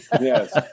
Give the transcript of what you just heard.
Yes